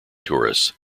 tourists